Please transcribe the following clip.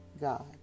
God